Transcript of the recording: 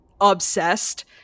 obsessed